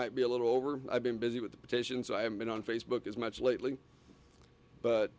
might be a little over i've been busy with petitions i have been on facebook as much lately but